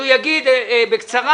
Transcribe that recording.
שהוא יגיד בקצרה,